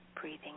Breathing